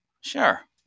Sure